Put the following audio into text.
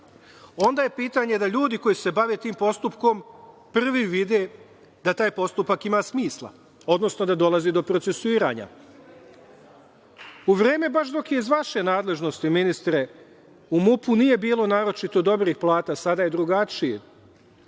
onda je pitanje da ljudi koji se bave tim postupku prvi vide da taj postupak ima smisla, odnosno da dolazi do procesuiranja.U vreme baš dok je iz vaše nadležnosti ministre, u MUP nije bilo naročito dobrih plata, sada je drugačije